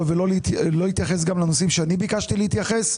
ולא התייחס לנושאים אליהם ביקשתי להתייחס.